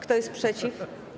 Kto jest przeciw?